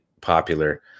popular –